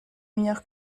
meilleur